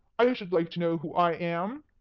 i should like to know who i am?